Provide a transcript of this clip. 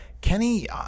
Kenny